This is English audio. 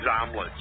omelets